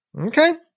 okay